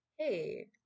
hey